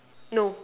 no